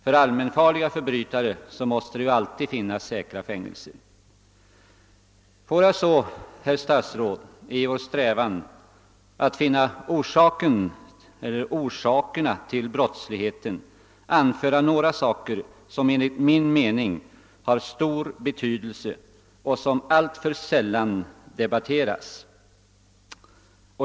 För allmänfarliga förbrytare måste alltid finnas säkra fängelser. Får jag, herr statsråd, i vår strävan att finna orsakerna till brottsligheten nämna några saker som enligt min mening har stor betydelse och som alltför sällan debatteras.